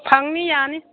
ꯐꯪꯅꯤ ꯌꯥꯅꯤ